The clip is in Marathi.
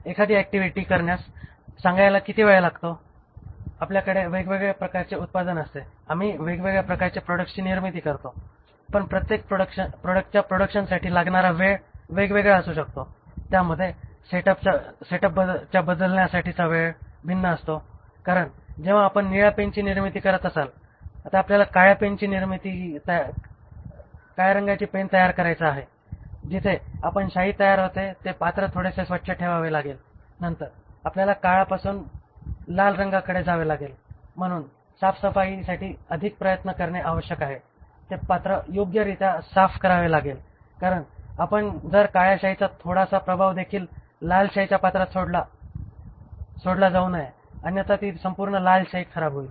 एखादी ऍक्टिव्हिटी करण्यास सांगायला किती वेळ लागतो आपल्याकडे वेगवेगळ्या प्रकारचे उत्पादन असते आम्ही वेगवेगळ्या प्रकारचे प्रॉडक्ट्सची निर्मिती करतो पण प्रत्येक प्रॉडक्टच्या प्रोडक्शनसाठी लागणारा वेळ वेगवेगळा असू शकतो त्यामध्ये सेटअपच्या बदलण्यासाठीचा वेळ भिन्न असतो कारण जेव्हा आपण निळ्या पेनची निर्मिती करत असाल आता आपल्याला काळ्या रंगाची पेन तयार करायचा आहे जिथे आपण शाई तयार होते ते पात्र थोडेसे स्वच्छ ठेवावे लागेल नंतर आपल्याला काळापासून लाल रंगाकडे जावे लागेल म्हणून साफ करण्यासाठी अधिक प्रयत्न करणे आवश्यक आहे ते पात्र योग्यरित्या साफ करावे लागेल कारण जर काळ्या शाईचा थोडासा प्रभावाचादेखील लाल शाईच्या पात्रात सोडला जाऊ नये अन्यथा ती संपूर्ण लाल शाई खराब होईल